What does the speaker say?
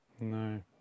No